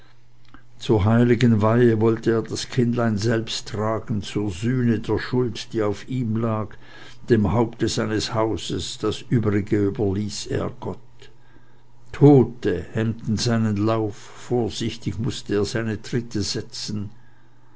zur heiligen weihe wollte er das kindlein selbsten tragen zur sühne der schuld die auf ihm lag dem haupte seines hauses das übrige überließ er gott tote hemmten seinen lauf vorsichtig mußte er seine tritte setzen